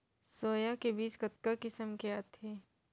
Soya के बीज कतका किसम के आथे?